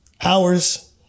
hours